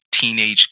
teenage